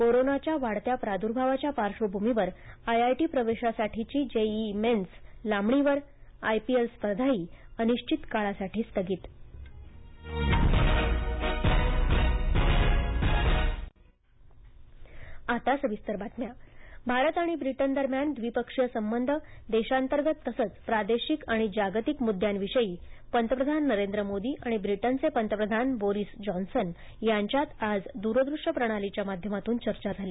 कोरोनाच्या वाढत्या प्रादुर्भावाच्या पार्श्वभूमीवर आयआयटी प्रवेशस्ताठीची जेईई मेन्स लांबणीवर आयपीएल स्पर्धाही अनिश्वित काळासाठी स्थगित भारत आणि ब्रिटन भारत आणि ब्रिटन दरम्यान द्विपक्षीय संबंध देशांतर्गत तसंच प्रादेशिक आणि जागतिक मुद्द्यांविषयी पंतप्रधान नरेंद्र मोदी आणि ब्रिटनचे पंतप्रधान बोस्सि जॉनसन यांच्यात आज दुरदृष्य प्रणालीच्या माध्यमातून चर्चा झाली